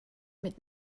mit